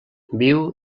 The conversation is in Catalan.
viu